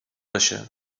بشه